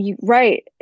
Right